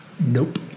Nope